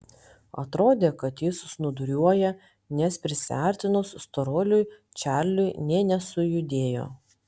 atrodė kad jis snūduriuoja nes prisiartinus storuliui čarliui nė nesujudėjo